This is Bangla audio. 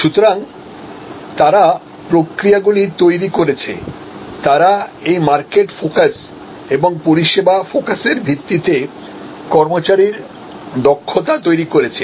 সুতরাং তারা প্রক্রিয়াগুলি তৈরি করেছে তারা এই মার্কেট ফোকাস এবং পরিষেবা ফোকাসের ভিত্তিতে কর্মচারীর দক্ষতা তৈরি করেছে